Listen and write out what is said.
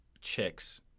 chicks